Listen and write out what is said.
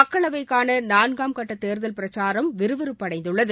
மக்களவைக்கான நான்காம் கட்டத் தேர்தல் பிரச்சாரம் விறுவிறுப்படைந்துள்ளது